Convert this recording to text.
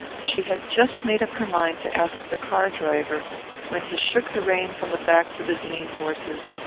she had just made up her mind to ask the car-driver when he shook the reins on the backs of his lean horses,